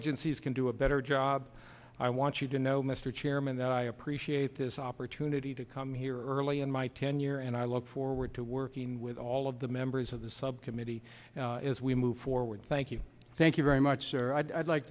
agencies can do a better job i want you to know mr chairman that i appreciate this opportunity to come here early in my tenure and i look forward to working with all of the members of the subcommittee as we move forward thank you thank you very much sir i'd like